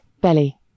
belly